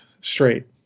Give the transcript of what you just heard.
straight